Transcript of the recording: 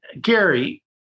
gary